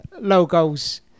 logos